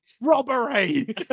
Robbery